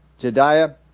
Jediah